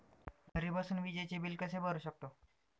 घरी बसून विजेचे बिल कसे भरू शकतो?